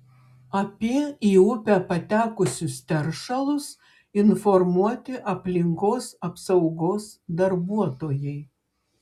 apie į upę patekusius teršalus informuoti aplinkos apsaugos darbuotojai